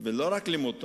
ולא רק לימוד תורה,